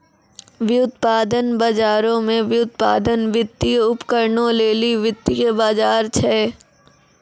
व्युत्पादन बजारो मे व्युत्पादन, वित्तीय उपकरणो लेली वित्तीय बजार छै